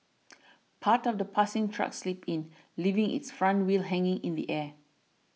part of the passing truck slipped in leaving its front wheels hanging in the air